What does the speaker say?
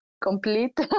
complete